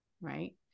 right